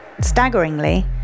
Staggeringly